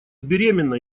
беременна